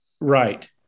Right